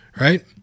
Right